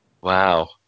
Wow